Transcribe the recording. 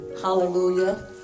Hallelujah